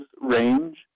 range